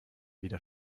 wieder